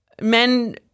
men